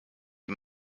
ihm